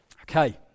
Okay